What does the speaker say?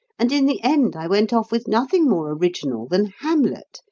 and in the end i went off with nothing more original than hamlet,